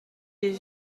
est